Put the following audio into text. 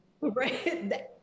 right